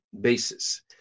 basis